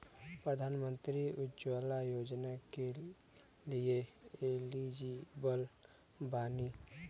प्रधानमंत्री उज्जवला योजना के लिए एलिजिबल बानी?